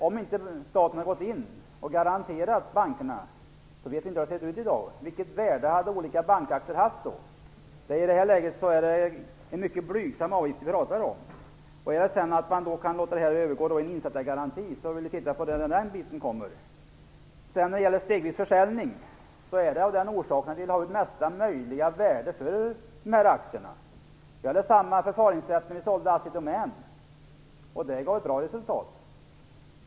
Om inte staten hade gått in och givit garantier åt bankerna vet vi inte hur det hade sett ut i dag. Vilket värde hade olika bankaktier då haft? I det här läget är det en mycket blygsam avgift som vi talar om. Om avgiften sedan skall övergå i en insättargaranti får man väl titta på det när det blir aktuellt. Sedan när det gäller stegvis försäljning vill man ju ha ut det största möjliga värdet av dessa aktier. Förfaringssättet var detsamma när vi sålde ut AssiDomän, och det gav ett bra resultat.